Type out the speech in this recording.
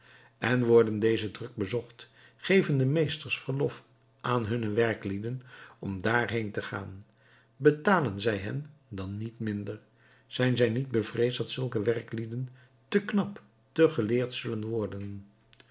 en worden deze druk bezocht geven de meesters verlof aan hunne werklieden om daarheen te gaan betalen zij hen dan niet minder zijn zij niet bevreesd dat zulke werklieden te knap te geleerd zullen worden